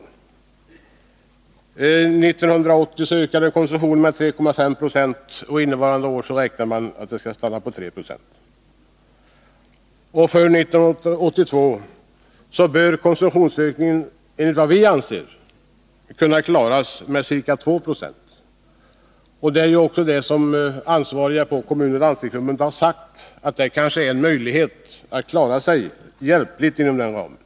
År 1980 ökade konsumtionen med 3,5 36, och för innevarande år bedöms ökningen stanna vid 3 76. För år 1982 bör konsumtionen, enligt vår bedömning, kunna begränsas till ca 2 96. Ansvariga Nr 133 i Kommunförbundet och Landstingsförbundet har sagt att det finns en Torsdagen den möjlighet för kommunerna att hjälpligt klara sig inom den ramen.